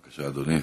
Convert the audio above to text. בבקשה, אדוני.